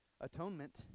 atonement